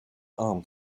arm